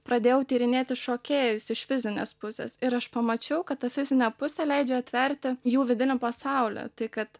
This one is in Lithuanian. pradėjau tyrinėti šokėjus iš fizinės pusės ir aš pamačiau kad ta fizinė pusė leidžia atverti jų vidinį pasaulį tai kad